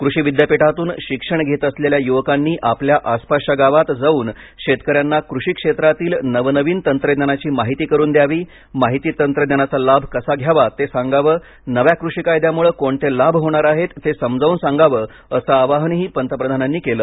कृषी विद्यापीठांतून शिक्षण घेत असलेल्या युवकांनी आपल्या आसपासच्या गावांत जाऊन शेतकऱ्यांना कृषी क्षेत्रातील नवनवीन तंत्रज्ञानाची माहिती करून द्यावी माहिती तंत्रज्ञानाचा लाभ कसा घ्यावा ते सांगावे नव्या कृषी कायद्यामुळे कोणते लाभ होणार आहेत ते समजावून सांगावे असं आवाहनही पंतप्रधानांनी केलं